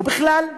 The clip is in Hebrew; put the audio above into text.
ובכלל,